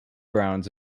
browns